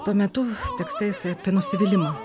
tuo metu tekste jisai apie nusivylimą